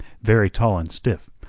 very tall and stiff,